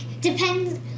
depends